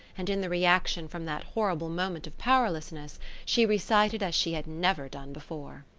and in the reaction from that horrible moment of powerlessness she recited as she had never done before.